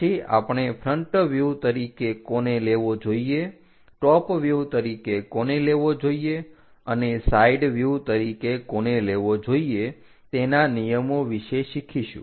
પછી આપણે ફ્રન્ટ વ્યુહ તરીકે કોને લેવો જોઈએ ટોપ વ્યુહ તરીકે કોને લેવો જોઈએ અને સાઈડ વ્યુહ તરીકે કોને લેવો જોઈએ તેના નિયમો વિશે શીખીશું